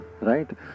right